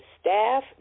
staff